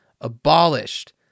abolished